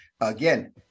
again